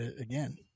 again